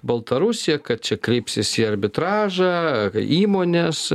baltarusija kad čia kreipsis į arbitražą įmonės